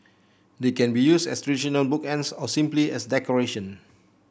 they can be used as traditional bookends or simply as decoration